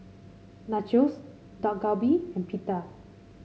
Nachos Dak Galbi and Pita